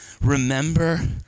Remember